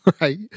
right